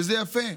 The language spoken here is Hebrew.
שזה יפה.